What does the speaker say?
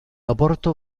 oporto